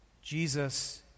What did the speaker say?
Jesus